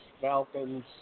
Falcons